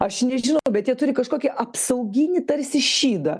aš nežinau bet jie turi kažkokį apsauginį tarsi šydą